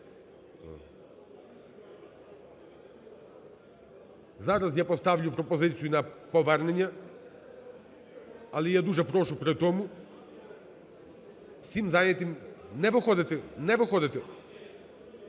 Зараз я поставлю пропозицію на повернення. Але я дуже прошу при тому всім зайняти, не виходити, не виходити,